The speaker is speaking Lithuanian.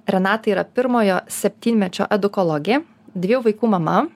renata yra pirmojo septynmečio edukologė dviejų vaikų mama